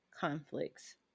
conflicts